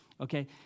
Okay